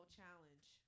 Challenge